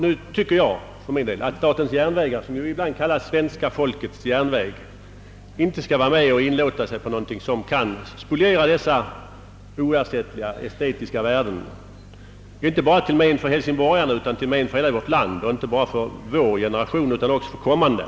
Nu tycker jag att statens järnvägar, som ibland kallas för svenska folkets järnväg, inte bör inlåta sig på någonting som kan spoliera dessa oersättliga estetiska värden, till men inte bara för hälsingborgarna utan för hela vårt land, och inte bara för vår generation utan även för kommande.